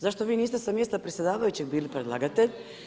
Zašto vi niste sa mjesta predsjedavajućeg bili predlagatelj?